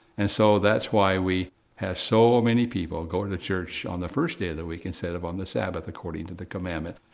and so, that's why we have so many people go to the church on the first day of the week, instead of on the sabbath, according to the commandment.